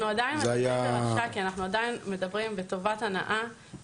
אנחנו עדיין מדברים על רשאי כי אנחנו עדיין מדברים בטובת הנאה.